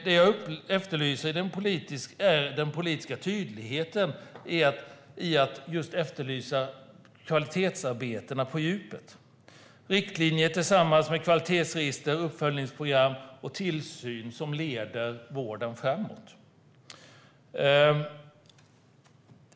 Det jag efterlyser är den politiska tydligheten i att just efterlysa kvalitetsarbetena på djupet. Det handlar om riktlinjer tillsammans med kvalitetsregister och uppföljningsprogram och tillsyn som leder vården framåt.